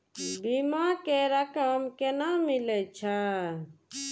बीमा के रकम केना मिले छै?